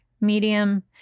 medium